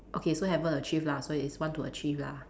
okay so haven't achieved lah so it's want to achieve lah